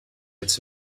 ets